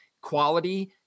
quality